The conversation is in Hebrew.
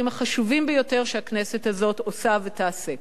החשובים ביותר שהכנסת הזאת עושה ותעשה,